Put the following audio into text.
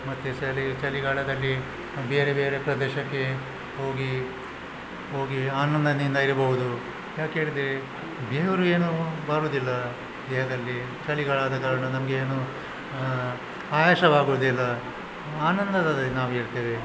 ಮತ್ತು ಚಳಿಗಾಲದಲ್ಲಿ ಬೇರೆ ಬೇರೆ ಪ್ರದೇಶಕ್ಕೆ ಹೋಗಿ ಹೋಗಿ ಆನಂದದಿಂದ ಇರಬಹುದು ಯಾಕೇಳಿದರೆ ಬೆವರು ಏನೂ ಬರುವುದಿಲ್ಲ ದೇಹದಲ್ಲಿ ಚಳಿಗಾಲದ ಕಾರಣ ನಮಗೇನೂ ಆಯಾಸವಾಗುವುದಿಲ್ಲ ಆನಂದದದಿಂದ ನಾವಿರ್ತೇವೆ